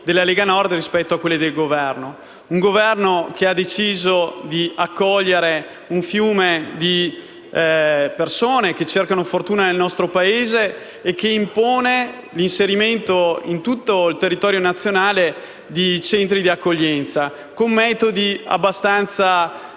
della Lega Nord sono diverse da quelle del Governo, che ha deciso di accogliere un fiume di persone che cercano fortuna nel nostro Paese, imponendo l'inserimento in tutto il territorio nazionale di centri di accoglienza con metodi abbastanza